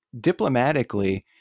Diplomatically